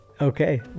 Okay